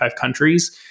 countries